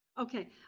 Okay